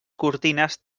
cortines